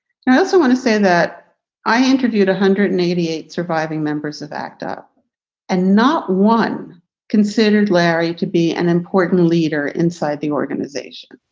i also want to say that i interviewed one hundred and eighty eight surviving members of act up and not one considered larry to be an important leader inside the organization.